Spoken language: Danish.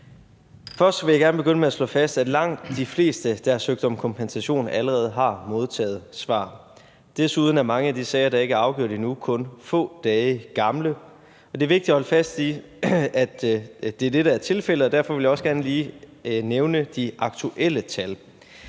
Først vil jeg gerne begynde med at slå fast, at langt de fleste, der har søgt om kompensation, allerede har modtaget svar. Desuden er mange af de sager, der ikke er afgjort endnu, kun få dage gamle, og det er vigtigt at holde fast i, at det er det, der er tilfældet. Derfor vil jeg også gerne lige nævne de aktuelle tal.